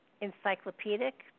encyclopedic